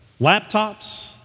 Laptops